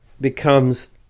becomes